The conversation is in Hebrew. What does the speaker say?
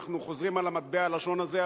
אנחנו חוזרים על מטבע הלשון הזה,